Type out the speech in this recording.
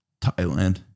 Thailand